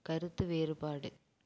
கருத்து வேறுபாடு